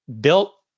built